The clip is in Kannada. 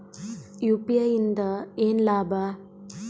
ಯು.ಪಿ.ಐ ಇಂದ ಏನ್ ಲಾಭ?